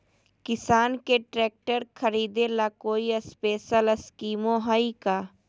किसान के ट्रैक्टर खरीदे ला कोई स्पेशल स्कीमो हइ का?